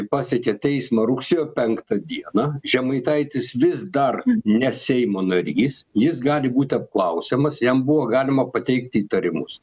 pasiekė teismą rugsėjo penktą dieną žemaitaitis vis dar ne seimo narys jis gali būt apklausiamas jam buvo galima pateikt įtarimus